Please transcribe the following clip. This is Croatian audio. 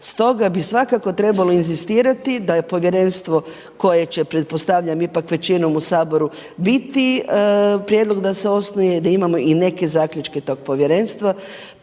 Stoga bi svakako trebalo inzistirati da je povjerenstvo koje će pretpostavljam ipak većinom u Saboru biti, prijedlog da se osnuje i da imamo i neke zaključke tog povjerenstva.